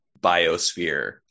biosphere